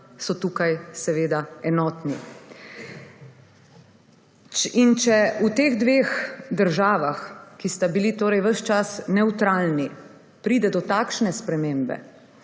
so tukaj seveda enotni. Če v teh dveh državah, ki sta bili torej ves čas nevtralni pride do takšne spremembe,